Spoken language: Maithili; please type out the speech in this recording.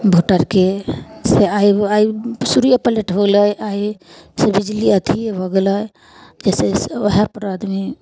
इन्भर्टरके से आइ आइ सूर्ये प्लेट होलै आइ से बिजलिये अथिये भऽ गेलै जैसे जैसे ओहए पर आदमी